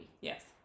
Yes